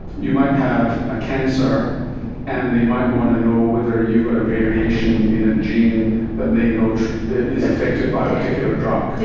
you might have a cancer and they might want to know whether you've got a variation in a gene that they know is affected by a particular drug. yeah